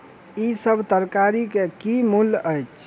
ई सभ तरकारी के की मूल्य अछि?